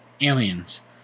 aliens